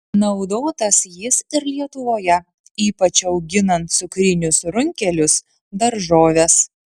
naudotas jis ir lietuvoje ypač auginant cukrinius runkelius daržoves